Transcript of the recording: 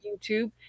youtube